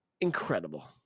incredible